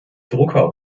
drucker